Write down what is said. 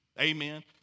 Amen